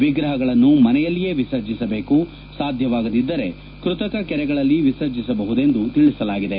ವಿಗ್ರಹಗಳನ್ನು ಮನೆಯಲ್ಲಿಯೇ ವಿಸರ್ಜಿಸಬೇಕು ಸಾಧ್ಯವಾಗದಿದ್ದರೆ ಕೃತಕ ಕೆರೆಗಳಲ್ಲಿ ವಿಸರ್ಜಿಸಬಹುದೆಂದು ತಿಳಿಸಲಾಗಿದೆ